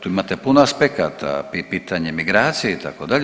Tu imate puno aspekata i pitanje migracije itd.